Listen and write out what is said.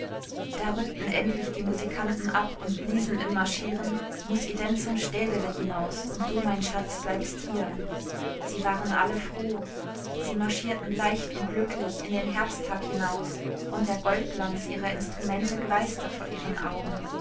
da rückten endlich die musikanten ab und bliesen im marschieren muß i denn zum städtele hinaus und du mein schatz bleibst hier sie waren alle froh sie marschierten leicht und glücklich in den herbsttag hinaus und der goldglanz ihrer instrumente gleißte vor ihren augen